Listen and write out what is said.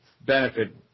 benefit